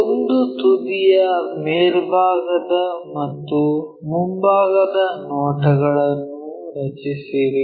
ಒಂದು ತುದಿಯ ಮೇಲ್ಭಾಗದ ಮತ್ತು ಮುಂಭಾಗದ ನೋಟಗಳನ್ನು ರಚಿಸಿರಿ